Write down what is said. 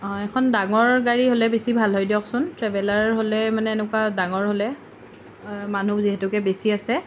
অ এখন ডাঙৰ গাড়ী হ'লে বেছি ভাল হয় দিয়কচোন ট্ৰেভেলাৰ হ'লে মানে এনেকুৱা ডাঙৰ হ'লে মানুহ যিহেতুকে বেছি আছে